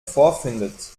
vorfindet